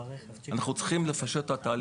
אנחנו צריכים לפשט את התהליך.